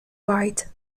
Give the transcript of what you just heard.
white